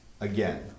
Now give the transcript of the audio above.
again